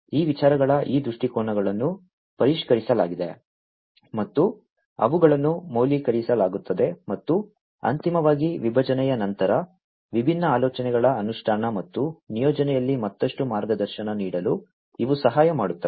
ಈ ವಿಚಾರಗಳ ಈ ದೃಷ್ಟಿಕೋನಗಳನ್ನು ಪರಿಷ್ಕರಿಸಲಾಗಿದೆ ಮತ್ತು ಅವುಗಳನ್ನು ಮೌಲ್ಯೀಕರಿಸಲಾಗುತ್ತದೆ ಮತ್ತು ಅಂತಿಮವಾಗಿ ವಿಭಜನೆಯ ನಂತರ ವಿಭಿನ್ನ ಆಲೋಚನೆಗಳ ಅನುಷ್ಠಾನ ಮತ್ತು ನಿಯೋಜನೆಯಲ್ಲಿ ಮತ್ತಷ್ಟು ಮಾರ್ಗದರ್ಶನ ನೀಡಲು ಇವು ಸಹಾಯ ಮಾಡುತ್ತವೆ